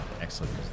Excellent